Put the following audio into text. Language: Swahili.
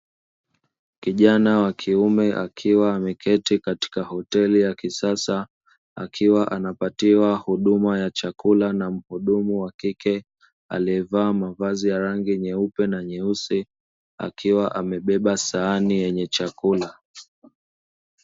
Kijana wa kiume akiwa ameketi katika hoteli ya kisasa, akiwa anapatiwa huduma ya chakula na mhudumu wa kike, alievaa mavazi rangi nyeupe na nyeusi, akiwa amebeba sahani yenye chakula.